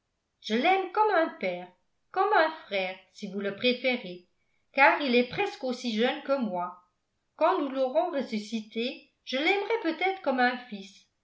je l'aime comme un père comme un frère si vous le préférez car il est presque aussi jeune que moi quand nous l'aurons ressuscité je l'aimerai peut-être comme un fils